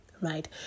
right